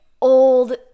old